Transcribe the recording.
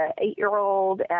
eight-year-old